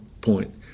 point